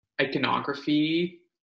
iconography